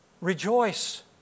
Rejoice